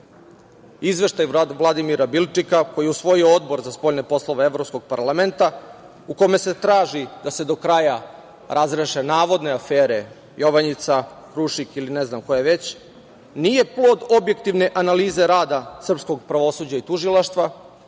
Izveštaj Vladimira Bilčika, koji je usvojio Odbor za spoljne poslove Evropskog parlamenta, u kome se traži da se do kraja razreše navodne afere Jovanjica, Krušik ili ne znam koje već, nije plod objektivne analize rada srpskog pravosuđa i tužilaštva,